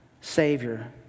Savior